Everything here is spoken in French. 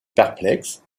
perplexe